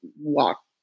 walk